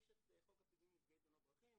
יש את חוק הפיצוי לנפגעי תאונות דרכים,